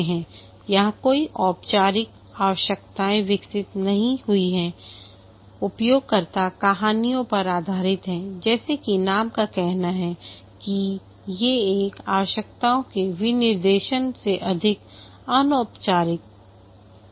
यहां कोई औपचारिक आवश्यकताएं विकसित नहीं हुई हैंउपयोगकर्ता कहानियों पर आधारित है जैसा कि नाम का कहना है कि ये एक आवश्यकताओं के विनिर्देशन से अधिक अनौपचारिक हैं